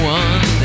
one